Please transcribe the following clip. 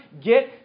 get